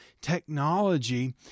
technology